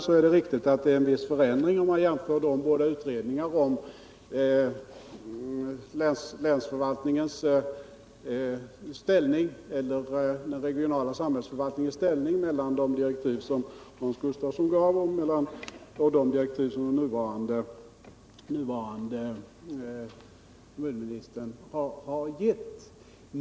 Om man jämför de båda utredningarna om den regionala samhällsförvaltningens ställning så finner man vissa skillnader mellan de direktiv som Hans Gustafsson gav och de direktiv som den nuvarande kommunministern har givit.